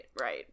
right